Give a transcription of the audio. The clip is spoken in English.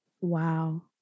Wow